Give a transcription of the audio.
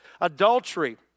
Adultery